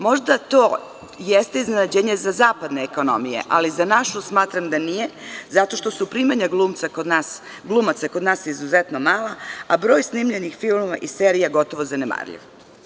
Možda to jeste iznenađenje za zapadne ekonomije, ali za našu smatram da nije, jer su primanja glumaca kod nas izuzetno mala, a broj snimljenih filmova i serija gotovo zanemarljiva.